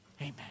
amen